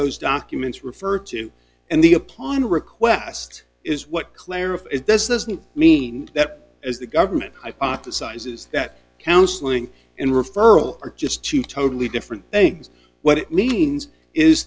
those documents refer to and the upon request is what clarify does this mean that is the government hypothesizes that counseling and referral are just two totally different things what it means is